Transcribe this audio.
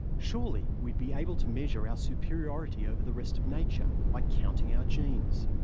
surely we'd be able to measure our superiority over the rest of nature by counting our genes.